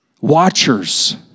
watchers